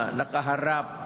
nakaharap